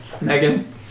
Megan